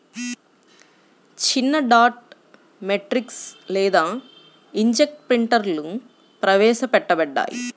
చిన్నడాట్ మ్యాట్రిక్స్ లేదా ఇంక్జెట్ ప్రింటర్లుప్రవేశపెట్టబడ్డాయి